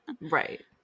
Right